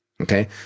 okay